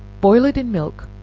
boil it in milk,